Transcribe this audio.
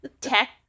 Tech